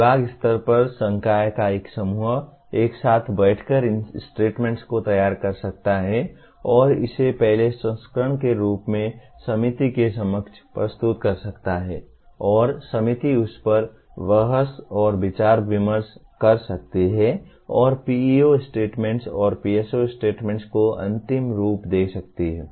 विभाग स्तर पर संकाय का एक समूह एक साथ बैठकर इन स्टेटमेंट्स को तैयार कर सकता है और इसे पहले संस्करण के रूप में समिति के समक्ष प्रस्तुत कर सकता है और समिति उस पर बहस विचार विमर्श कर सकती है और PEO स्टेटमेंट्स और PSO स्टेटमेंट्स को अंतिम रूप दे सकती है